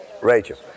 Rachel